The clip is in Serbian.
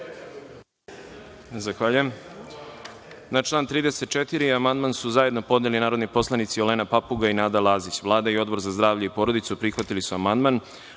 Zahvaljujem. Na član 34. amandman su zajedno podneli narodni poslanici Olena Papuga i Nada Lazić. Vlada i Odbor za zdravlje i porodicu prihvatili su amandman. Odbor